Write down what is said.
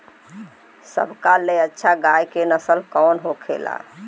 सबका ले अच्छा गाय के नस्ल कवन होखेला?